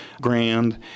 Grand